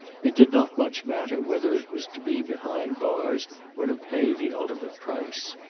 it did not much matter whether it was to be behind bars or to pay the ultimate price.